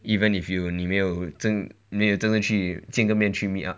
even if you 你没有真没有真正去见个面去 meet up